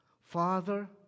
Father